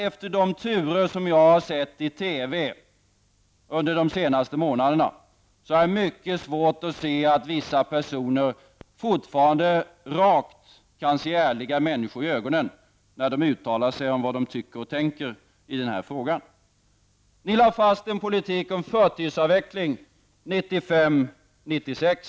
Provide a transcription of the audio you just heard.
Efter de turer jag har sett prov på i TV under de senaste månaderna har jag mycket svårt att förstå hur vissa personer fortfarande kan se ärliga människor rakt i ögonen när de uttalar sig om vad de tycker och tänker i denna fråga. Socialdemokraterna lade fast en politik om förtidsavveckling 1995--1996.